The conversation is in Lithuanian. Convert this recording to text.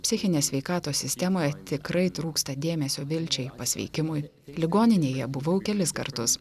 psichinės sveikatos sistemoje tikrai trūksta dėmesio vilčiai pasveikimui ligoninėje buvau kelis kartus